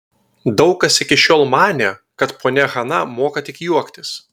daug kas iki šiol manė kad ponia hana moka tik juoktis